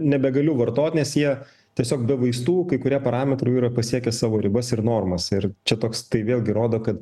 nebegaliu vartoti nes jie tiesiog be vaistų kai kurie parametrai jau yra pasiekę savo ribas ir normas ir čia toks tai vėlgi rodo kad